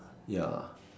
ya